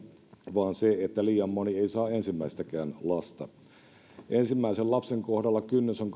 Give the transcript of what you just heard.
vaan se että liian moni ei saa ensimmäistäkään lasta ensimmäisen lapsen kohdalla kynnys on